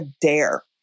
dare